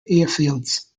airfields